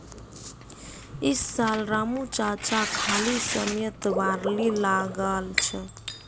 इस साल रामू चाचा खाली समयत बार्ली लगाल छ